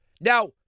Now